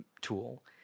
tool